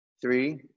three